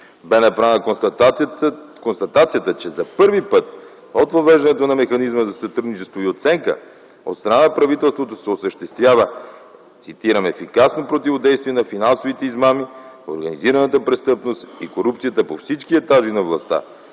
Бе направена констатацията, че за първи път от въвеждането на механизма за сътрудничество и оценка от страна на правителството се осъществява, цитирам: „ефикасно противодействие на финансовите измами, организираната престъпност и корупцията по всички етажи на властта”.